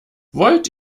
wollt